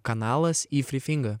kanalas į frifingą